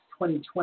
2020